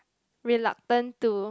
reluctant to